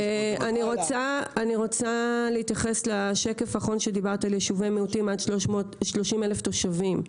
אני רוצה להתייחס ליישובי מיעוטים עד 30,000 תושבים.